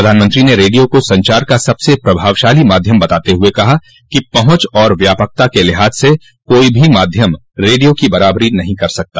प्रधानमंत्री ने रेडियो को संचार का सबसे प्रभावशाली माध्यम बताते हुए कहा कि पहुंच और व्यापकता के लिहाज से कोई भी माध्यम रेडियो की बराबरी नहीं कर सकता